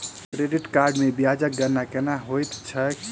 credit card मे ब्याजक गणना केना होइत छैक